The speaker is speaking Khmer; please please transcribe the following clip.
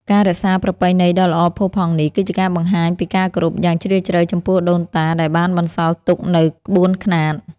ការរក្សាប្រពៃណីដ៏ល្អផូរផង់នេះ គឺជាការបង្ហាញពីការគោរពយ៉ាងជ្រាលជ្រៅចំពោះដូនតាដែលបានបន្សល់ទុកនូវក្បួនខ្នាត។